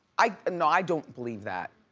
i, no i don't believe that.